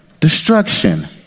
Destruction